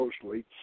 closely